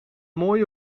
mooie